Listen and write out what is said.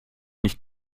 nicht